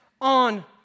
on